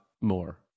more